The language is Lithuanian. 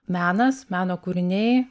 menas meno kūriniai